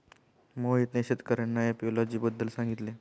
मोहितने शेतकर्यांना एपियोलॉजी बद्दल सांगितले